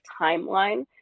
timeline